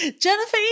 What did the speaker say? Jennifer